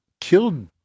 killed